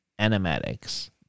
animatics